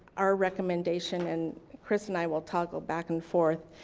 our recommendation, and chris and i will toggle back and forth.